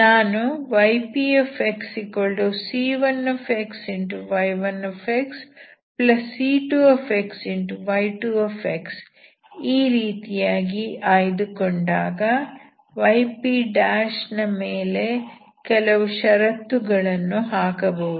ನಾನು ypxc1xy1c2y2 ಈ ರೀತಿಯಾಗಿ ಆಯ್ದುಕೊಂಡಾಗ yp ನ ಮೇಲೆ ಕೆಲವು ಶರತ್ತುಗಳನ್ನು ಹಾಕಬಹುದು